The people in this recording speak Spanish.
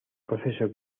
proceso